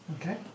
Okay